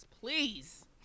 please